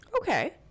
Okay